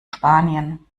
spanien